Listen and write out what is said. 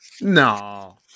no